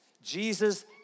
Jesus